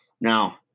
Now